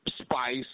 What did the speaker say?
Spice